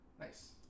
Nice